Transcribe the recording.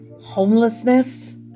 homelessness